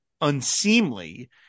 unseemly